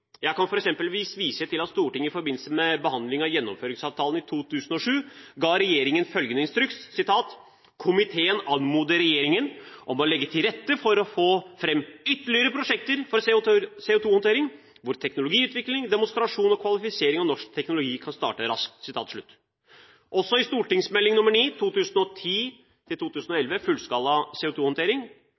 Jeg kan f.eks. vise til at Stortinget i forbindelse med behandlingen av gjennomføringsavtalen i 2007 ga regjeringen følgende instruks: «Komiteen anmoder Regjeringen om å legge til rette for å få frem ytterligere prosjekter for CO2-håndtering, hvor teknologiutvikling, demonstrasjon og kvalifisering av norsk teknologi kan starte raskt.» Også i Meld. St. 9 for 2010–2011, Fullskala CO2-håndtering, ble det redegjort for at Gassnova skulle gjennomføre et utredningsarbeid hvor hensikten var å bidra til